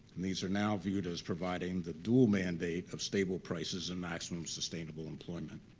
and these are now viewed as providing the dual mandate of stable prices and maximum sustainable employment.